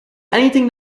anything